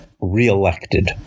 reelected